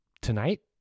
Tonight